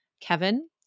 Kevin